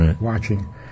watching